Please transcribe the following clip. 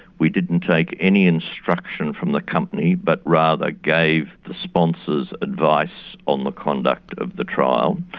we didn't take any instruction from the company but rather gave the sponsors advice on the conduct of the trial.